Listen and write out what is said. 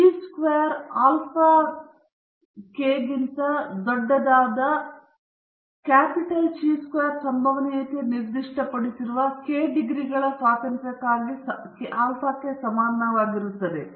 ಚಿ squared alpha ಕೆಗಿಂತ ದೊಡ್ಡದಾದ capital ಚ ಚದರ ಸಂಭವನೀಯತೆ ನಿರ್ದಿಷ್ಟಪಡಿಸಿದ ಕೆ ಡಿಗ್ರಿಗಳ ಸ್ವಾತಂತ್ರ್ಯಕ್ಕಾಗಿ ಆಲ್ಫಾಗೆ ಸಮಾನವಾಗಿರುತ್ತದೆ